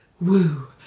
woo